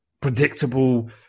predictable